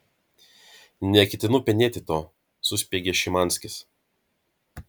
neketinu penėti to suspiegė šimanskis